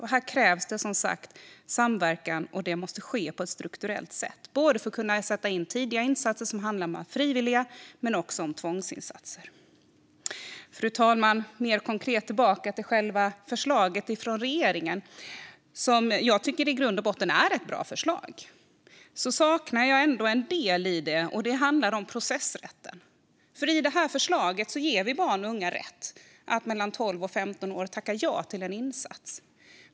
Här krävs som sagt samverkan, och det måste ske på ett strukturellt sätt för att kunna sätta in tidiga insatser som är frivilliga eller tvångsinsatser. Fru talman! Jag vill gå tillbaka mer konkret till själva förslaget från regeringen, som jag i grund och botten tycker är ett bra förslag. Men jag saknar en del i det, och det handlar om processrätten. I förslaget ger vi barn och unga mellan 12 och 15 år rätt att tacka ja till en insats.